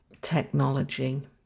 technology